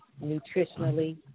nutritionally